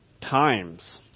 times